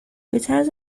بطرز